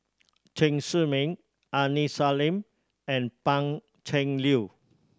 Chen Zhiming Aini Salim and Pan Cheng Lui